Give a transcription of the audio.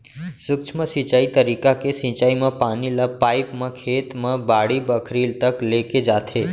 सूक्ष्म सिंचई तरीका के सिंचई म पानी ल पाइप म खेत म बाड़ी बखरी तक लेगे जाथे